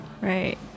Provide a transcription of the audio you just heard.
Right